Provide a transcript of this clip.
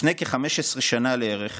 לפני כ-15 שנה לערך